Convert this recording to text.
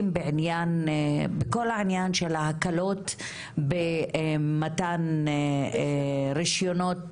בכל העניין של ההקלות במתן רישיונות